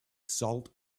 salt